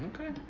okay